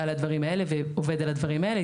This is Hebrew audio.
לדברים האלה ועובד על הדברים האלה,